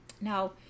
now